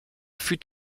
fut